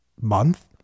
month